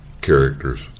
characters